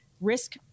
risk